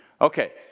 Okay